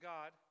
God